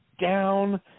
down